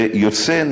ויוצא,